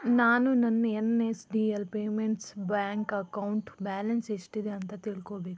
ನಾನು ನನ್ನ N S D L payments bank account balance ಎಷ್ಟಿದೆ ಅಂತ ತಿಳ್ಕೋಬೇಕು